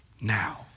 now